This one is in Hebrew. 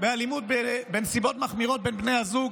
באלימות בנסיבות מחמירות בין בני הזוג,